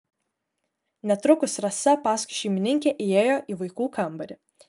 netrukus rasa paskui šeimininkę įėjo į vaikų kambarį